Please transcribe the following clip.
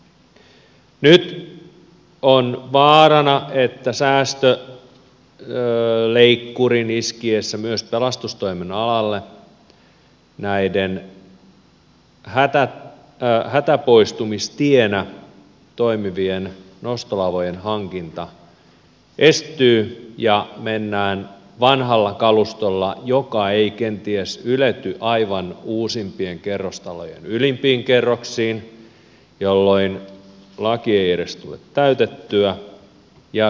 nyt on vaarana että säästöleikkurin iskiessä myös pelastustoimen alalle näiden hätäpoistumistienä toimivien nostolavojen hankinta estyy ja mennään vanhalla kalustolla joka ei kenties ylety aivan uusimpien kerrostalojen ylimpiin kerroksiin jolloin laki ei edes tule täytettyä